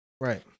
Right